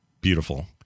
beautiful